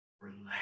relax